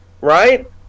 right